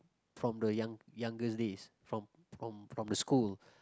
from the young youngest days from from from the school